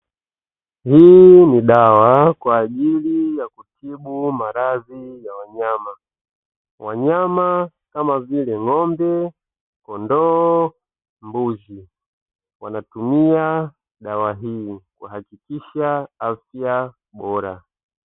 Hii ni dawa kwa ajili ya kutibu maradhi ya wanyama. Wanyama kama vile: ng'ombe, kondoo, mbuzi wanatumia dawa hii kuhakikisha afya bora.